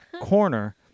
corner